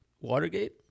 Watergate